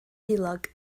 heulog